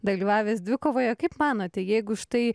dalyvavęs dvikovoje kaip manote jeigu štai